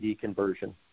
conversion